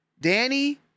Danny